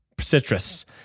Citrus